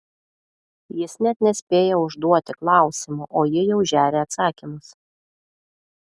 jis net nespėja užduoti klausimo o ji jau žeria atsakymus